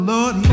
Lord